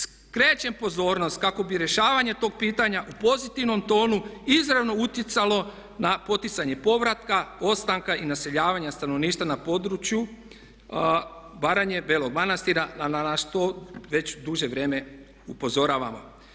Skrećem pozornost kako bi rješavanje tog pitanja u pozitivnom tonu izravno utjecalo na poticanje povratka, ostanka i naseljavanja stanovništva na području Baranje, Belog Manastira a na što već duže vrijeme upozoravamo.